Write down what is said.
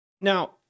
Now